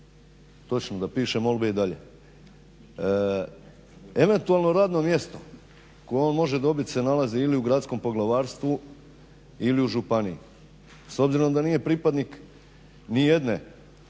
Točno da piše molbe i dalje. Eventualno radno mjesto koje on može dobit se nalazi ili u Gradskom poglavarstvu, ili u Županiji. S obzirom da nije pripadnik ni jedne